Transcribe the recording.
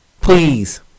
Please